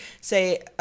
say